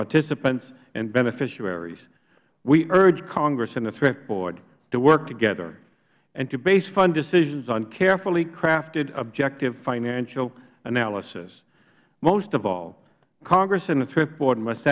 participants and beneficiaries we urge congress and the thrift board to work together and to base fund decisions on carefully crafted objective financial analysis most of all congress and the thrift board must